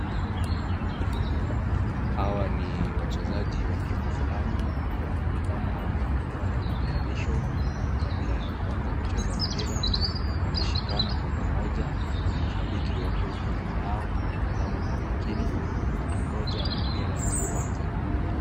Hawa ni wachezaji wa timu fulani ,ni kama wanafanya matayarisho kabla ya kuanza kucheza mpira. Wanashikana kwa pamoja huku mashabiki wako huko nyuma yao wanatazama kwa makini wakingonja mpira uanze.